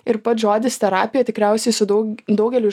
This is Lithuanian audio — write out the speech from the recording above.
ir pats žodis terapija tikriausiai su daug daugeliui